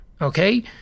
okay